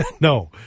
No